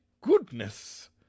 goodness